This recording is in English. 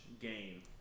game